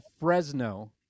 Fresno